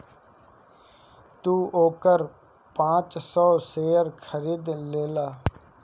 तू ओकर पाँच सौ शेयर खरीद लेला